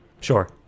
Sure